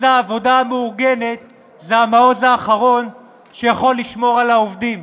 אז העבודה המאורגנת זה המעוז האחרון שיכול לשמור על העובדים.